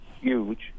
huge